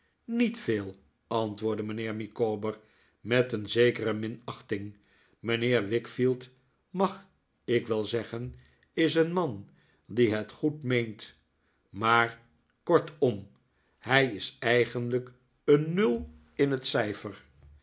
niet veel antwoordde mijnheer micawber met een zekere minachting mijnheer wickfield mag ik wel zeggen is een man die het goed meent maar kortom hij is eigenlijk een nul in het cijfer